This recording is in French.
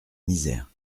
misère